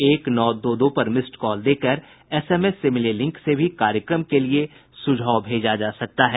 एक नौ दो दो पर मिस्ड कॉल देकर एसएमएस से मिले लिंक से भी कार्यक्रम के लिए सुझाव भेजा जा सकता है